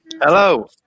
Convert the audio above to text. Hello